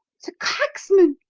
the cracksman!